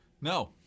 No